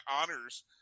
honors